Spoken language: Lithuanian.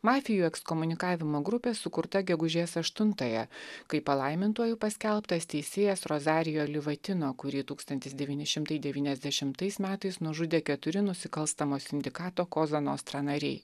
mafijų ekskomunikavimo grupė sukurta gegužės aštuntąją kai palaimintuoju paskelbtas teisėjas rozario livatino kurį tūkstantis devyni šimtai devyniasdešimtais metais nužudė keturi nusikalstamo sindikato koza nostra nariai